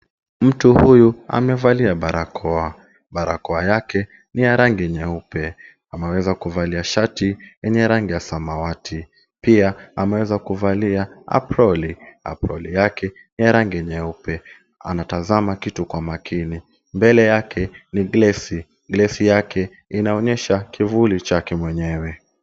Mtu huyu amevalia barakoa, barakoa yake ni ya rangi nyeupe, ameweza kuvalia shati yenye rangi ya samawati, pia ameweza kuvalia aproli, aproli yake ina rangi nyeupe, anatazama kitu kwa makini. Mbele yake ni glesi, gelsi yake inaonyesha kivuli chake mwenye.